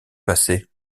passé